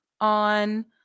on